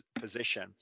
position